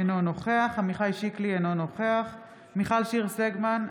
אינו נוכח עמיחי שיקלי, אינו נוכח מיכל שיר סגמן,